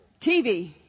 TV